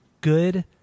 good